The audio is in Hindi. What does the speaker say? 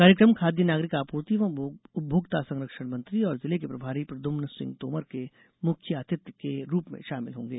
कार्यक्रम खाद्य नागरिक आपूर्ति एवं उपभोक्ता संरक्षण मंत्री और जिले के प्रभारी प्रद्यम्न सिंह तोमर के मुख्य आतिथ्य के रूप में शामिल होंगे